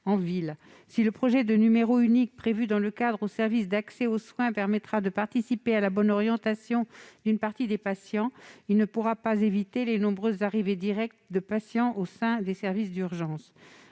Si le projet de numéro unique prévu dans le cadre du service d'accès aux soins contribuera à la bonne orientation d'une partie des patients, il ne pourra pas éviter les nombreuses arrivées directes de patients au sein des services d'urgence.